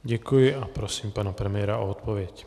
Děkuji a prosím pana premiéra o odpověď.